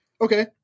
Okay